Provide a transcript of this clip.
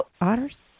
Otters